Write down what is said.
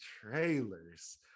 trailers